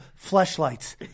fleshlights